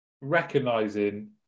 recognizing